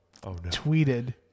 tweeted